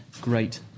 great